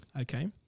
Okay